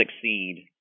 succeed